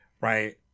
Right